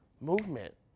Movement